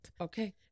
Okay